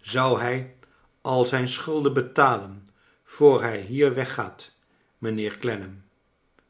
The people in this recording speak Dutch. zou hij al zijn schulden betalen voor hij liier weggaat mijnheer clennam